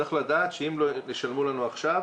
צריך לדעת שאם לא ישלמו לנו עכשיו,